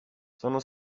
sono